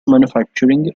manufacturing